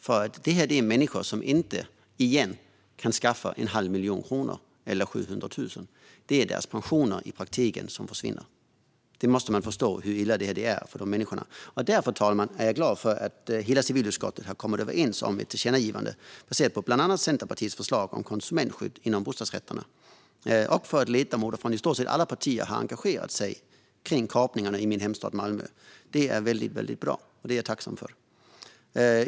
Det här är människor som inte ännu en gång kan skaffa fram en halv miljon kronor eller 700 000. Det är i praktiken deras pension som försvinner. Man måste förstå hur illa det är för dessa. Fru talman! Jag är därför glad över att hela civilutskottet har kommit överens om ett tillkännagivande baserat på bland annat Centerpartiets förslag om konsumentskydd för bostadsrätter. Jag är också glad för att ledamöter från i stort sett alla partier har engagerat sig kring kapningarna i min hemstad Malmö. Det är väldigt bra, och jag är tacksam för detta.